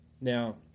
Now